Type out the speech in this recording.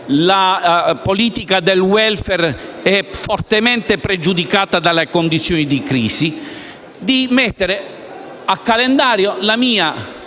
la politica del *welfare* è fortemente pregiudicata dalle condizioni di crisi,